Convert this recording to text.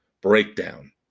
Breakdown